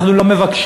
אנחנו לא מבקשים